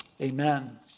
Amen